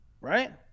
right